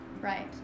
right